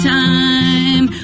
time